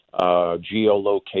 geolocation